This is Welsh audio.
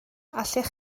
allech